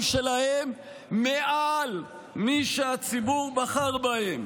שלהם מעל זה של מי שהציבור בחר בהם".